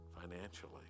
financially